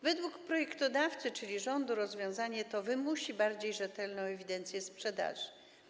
Według projektodawcy, czyli rządu, rozwiązanie to wymusi bardziej rzetelną ewidencję sprzedaży.